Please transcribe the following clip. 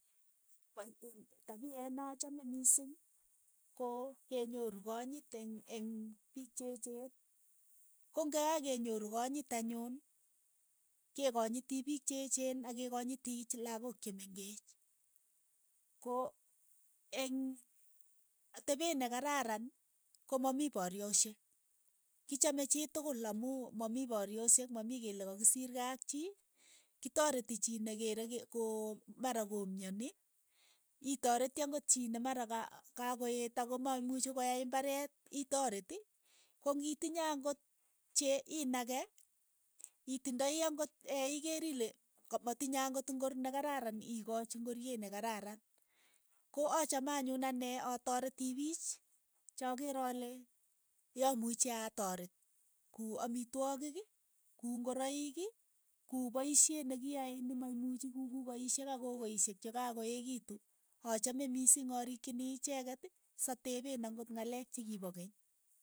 Pai iin tapiet ne achame mising ko kenyoru konyit eng'-eng' piik che echeen, ko ng'ekakenyoru konyit anyun, ke konyiti piik che echeen ak kekonyoti ch lakook che mengeech, ko eeng' atepet nekararan ko mamii pariosheek, kichame chii tukul amu mamii pariosheek mamii kele kakisiir kei ak chii, kitoreti chii nekere ke koo mara komyani, itoreti ang'ot chii ne mara ka ka koeet ako maimuchi koyai imbaret itoreet, ko ng'itinye ang'ot che inake, itindoi ang'ot ikeer ile m ka matinye ang'ot ingoor nekararan ikonyi ingoriet ne kararan, ko achame anyun anee atoretii piich chakeere ale yamuuchi atoreet kuu amitwogiik, ku ingoroik, ku poishee ne kiayae ne maimuuchi ku kukuukaisheek ak kokoisheek che kakokeekitu, achame misiing arikiichinii icheeket, satepeen ang'ot nga'leek chi kiipo keny.